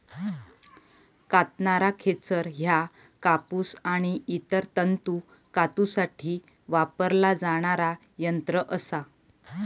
कातणारा खेचर ह्या कापूस आणि इतर तंतू कातूसाठी वापरला जाणारा यंत्र असा